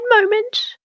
moment